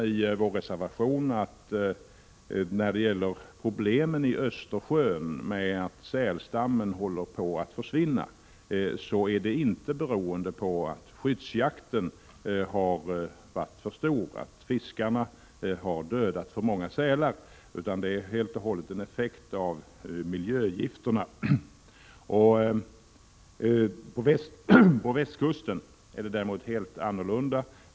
I vår reservation menar vi att problemet med att sälstammen i Östersjön håller på att försvinna inte beror på att skyddsjakten har varit för stor och att fiskarna har dödat för många sälar. Vi anser att det beror på miljögifterna. På västkusten är emellertid förhållandena helt annorlunda.